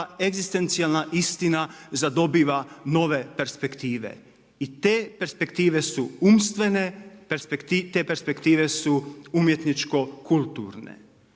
egzistencijalna istina zadobiva nove perspektive i te perspektive su umstvene, te perspektive su umjetničko-kulturne.